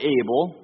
able